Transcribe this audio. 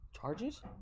Charges